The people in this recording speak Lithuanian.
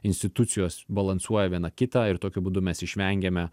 institucijos balansuoja viena kitą ir tokiu būdu mes išvengiame